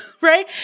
right